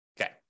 Okay